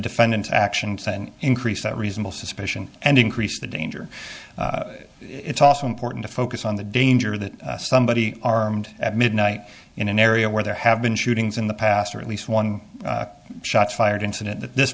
defendant's actions and increased that reasonable suspicion and increase the danger it's also important to focus on the danger that somebody armed at midnight in an area where there have been shootings in the past or at least one shots fired incident that this